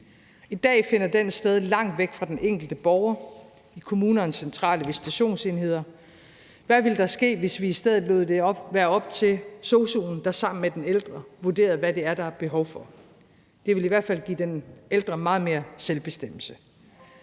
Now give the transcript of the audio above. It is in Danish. I dag finder den sted langt væk fra den enkelte borger i kommunernes centrale visitationsenheder, men hvad ville der ske, hvis vi i stedet lod det være op til sosu'en, der sammen med den ældre vurderede, hvad det er, der er behov for. Det ville i hvert fald give den ældre meget mere selvbestemmelse.